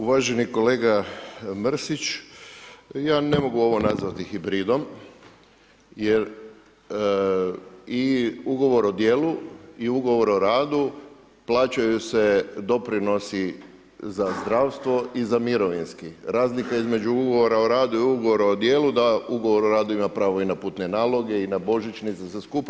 Uvaženi kolega Mrsić, ja ne mogu ovo nazvati hibridom jer i ugovor o djelu i ugovor o radu plaćaju se doprinosi za zdravstvo i za mirovinski, razlika između ugovora o radu i ugovora o djelu je da ugovor o radu ima pravo i na putne naloge i na božićnice, sve skupa.